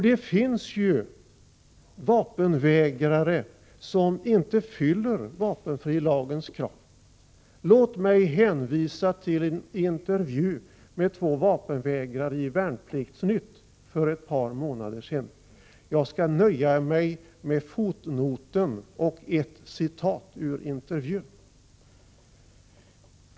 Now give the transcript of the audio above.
Det finns vapenvägrare som inte uppfyller vapenfrilagens krav. Låt mig hänvisa till en intervju med två vapenvägrare i Värnplikts-Nytt för ett par månader sedan. Jag skall nöja mig med fotnoten och ett citat ur intervjun.